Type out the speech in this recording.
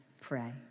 pray